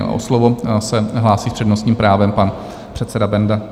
O slovo se hlásí s přednostním právem pan předseda Benda.